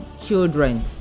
children